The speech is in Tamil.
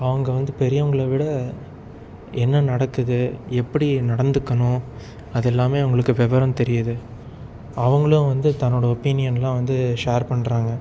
அவங்க வந்து பெரியவங்களை விட என்ன நடக்குது எப்படி நடந்துக்கணும் அது எல்லாமே அவங்களுக்கு விவரம் தெரியுது அவங்களும் வந்து தன்னோட ஒப்பீனியனெலாம் வந்து ஷேர் பண்ணுறாங்க